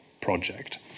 project